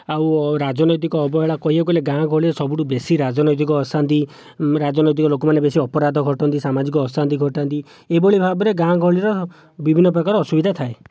ଆଉ ରାଜନୈତିକ ଅବହେଳା କହିବାକୁ ହେଲେ ଗାଁ ଗହଳିରେ ସବୁଠୁ ବେଶି ରାଜନୈତିକ ଅଶାନ୍ତି ରାଜନୈତିକ ଲୋକମାନେ ବେଶି ଅପରାଧ ଘଟାନ୍ତି ସାମାଜିକ ଅଶାନ୍ତି ଘଟାନ୍ତି ଏହିଭଳି ଭାବରେ ଗାଁ ଗହଳିର ବିଭିନ୍ନ ପ୍ରକାର ଅସୁବିଧା ଥାଏ